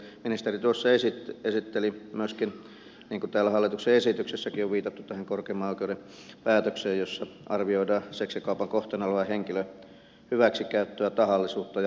ministeri tuossa esitteli myöskin niin kuin täällä hallituksen esityksessäkin on viitattu tämän korkeimman oikeuden päätöksen jossa arvioidaan seksikaupan kohteena olevan henkilön hyväksikäyttöä tahallisuutta ja olosuhdetahallisuutta